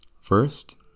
First